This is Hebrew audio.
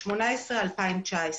וב-2019.